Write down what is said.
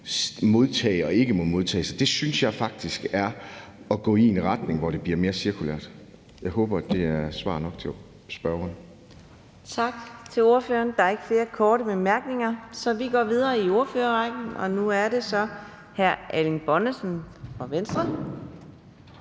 modtage og ikke må modtage. Så det synes jeg faktisk er at gå i en retning, hvor det bliver mere cirkulært. Jeg håber, at det var svar nok til spørgeren. Kl. 15:08 Anden næstformand (Karina Adsbøl): Tak til ordføreren. Der er ikke flere korte bemærkninger, så vi går videre i ordførerrækken, og nu er det så hr. Erling Bonnesen fra Venstre.